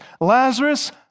Lazarus